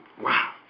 Wow